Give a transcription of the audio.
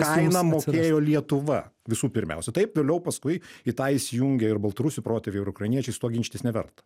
kainą mokėjo lietuva visų pirmiausia taip vėliau paskui į tą įsijungė ir baltarusių protėviai ir ukrainiečiai su tuo ginčytis neverta